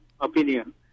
opinion